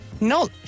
No